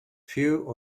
few